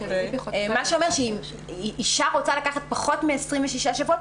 מה שאומר שאם אישה רוצה לקחת פחות מ-26 שבועות,